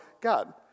God